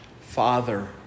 Father